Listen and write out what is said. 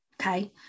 okay